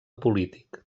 polític